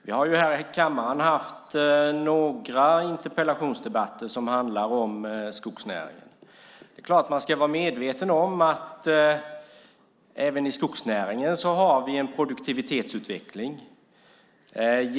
Vi har i kammaren haft några interpellationsdebatter som handlat om skogsnäringen. Vi ska givetvis vara medvetna om att vi även i skogsnäringen har en produktivitetsutveckling.